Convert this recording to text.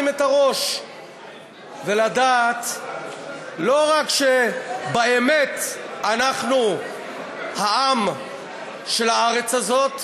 את הראש ולדעת לא רק שבאמת אנחנו העם של הארץ הזאת,